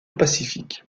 pacifique